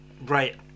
right